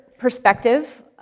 Perspective